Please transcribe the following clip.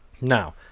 now